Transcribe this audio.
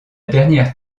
dernière